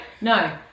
no